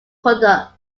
product